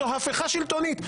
זו הפיכה שלטונית.